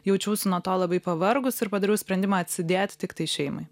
jaučiausi nuo to labai pavargus ir padariau sprendimą atsidėt tiktai šeimai